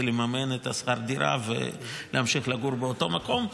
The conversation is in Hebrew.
למממן את שכר הדירה ולהמשיך לגור באותו מקום.